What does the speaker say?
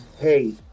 hey